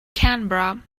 canberra